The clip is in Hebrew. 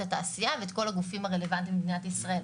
לפי תאגידים מוכרים בארץ,